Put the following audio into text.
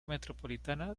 metropolitana